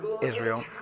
Israel